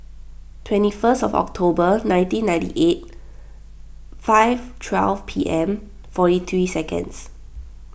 twenty first of October nineteen ninety eight five twelve P M forty three seconds